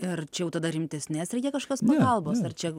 ar čia jau tada rimtesnės reikia kažkokios pagalbos ar čia